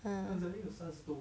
mm